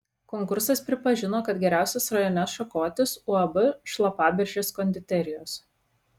konkursas pripažino kad geriausias rajone šakotis uab šlapaberžės konditerijos